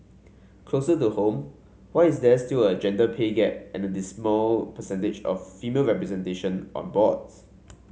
closer to home why is there still a gender pay gap and a dismal percentage of female representation on boards